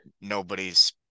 nobody's